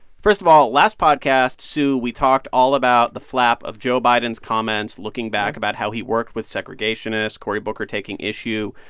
first of all, last podcast, sue, we talked all about the flap of joe biden's comments, looking back about how he worked with segregationists, cory booker taking issue.